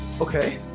Okay